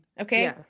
Okay